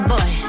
Boy